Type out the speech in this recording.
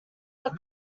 are